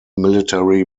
military